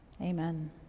Amen